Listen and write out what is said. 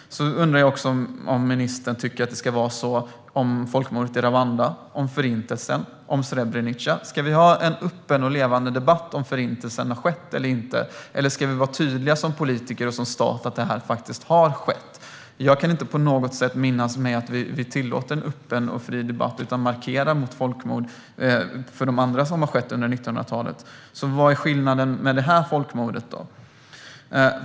Jag undrar därför om ministern tycker likadant när det gäller folkmordet i Rwanda, Förintelsen och Srebrenica. Ska vi ha en öppen och levande debatt om huruvida Förintelsen har skett eller inte, eller ska vi vara tydliga som politiker och som stat med att den faktiskt har skett? Jag kan inte minnas att vi tillåter en sådan öppen och fri debatt, utan vi markerar mot de andra folkmord som har skett under 1900-talet. Vad är skillnaden när det gäller detta folkmord?